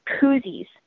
koozies